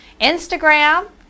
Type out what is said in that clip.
Instagram